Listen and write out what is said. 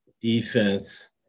defense